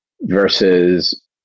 versus